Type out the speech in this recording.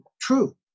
true